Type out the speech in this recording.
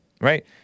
right